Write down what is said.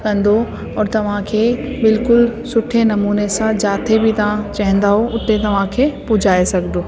कंदो और तव्हांखे बिल्कुलु सुठे नमूने सां जाते बि तव्हां चवंदो उते तव्हांखे पहुचाए सघंदो